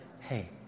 hey